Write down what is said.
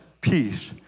peace